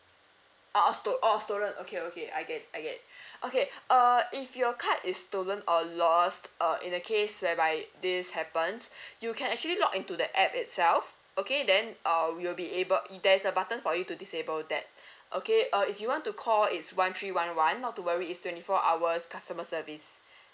ah oh stole oh stolen okay okay I get I get okay err if your card is stolen or lost uh in the case whereby this happens you can actually log into the app itself okay then uh we will be able there is a button for you to disable that okay uh if you want to call is one three one one not to worry is twenty four hours customer service